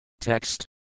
Text